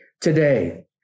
today